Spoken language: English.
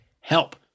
help